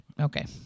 okay